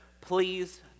please